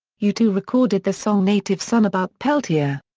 u two recorded the song native son about peltier.